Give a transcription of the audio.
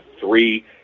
three